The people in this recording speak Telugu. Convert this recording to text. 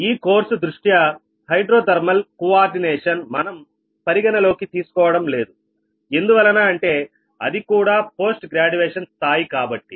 ఈ కోర్సు దృష్ట్యా హైడ్రోథర్మల్ కోఆర్డినేషన్ మనం పరిగణలోకి తీసుకోవడం లేదు ఎందువలన అంటే అది కూడా పోస్ట్ గ్రాడ్యుయేషన్ స్థాయి కాబట్టి